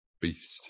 beast